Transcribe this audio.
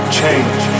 change